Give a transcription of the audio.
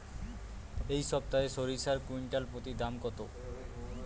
এই সপ্তাহে সরিষার কুইন্টাল প্রতি দাম কত?